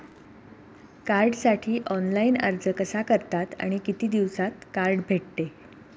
कार्डसाठी ऑनलाइन अर्ज कसा करतात आणि किती दिवसांत कार्ड भेटते?